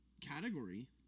category